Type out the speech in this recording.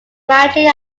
ranching